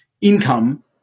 income